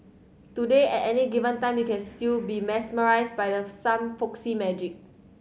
today at any given time you can still be mesmerised by the some folksy magic